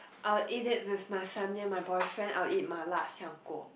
I'll eat it with my family and my boyfriend I will eat 麻辣香锅